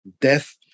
Death